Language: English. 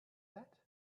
that